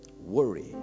worry